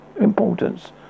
importance